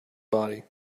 body